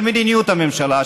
של מדיניות הממשלה,